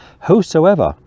whosoever